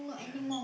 yeah